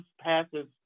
passes